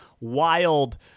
wild